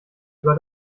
über